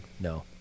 No